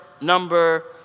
number